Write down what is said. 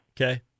Okay